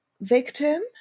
victim